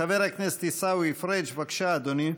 חבר הכנסת עיסאווי פריג', בבקשה, אדוני.